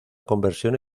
conversión